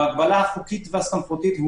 החוקית והסמכותית,